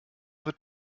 wird